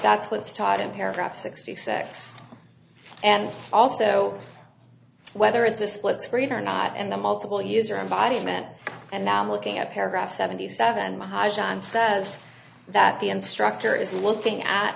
that's what's taught in paragraph sixty six and also whether it's a split screen or not and the multiple user environment and i'm looking at paragraph seventy seven my john says that the instructor is looking at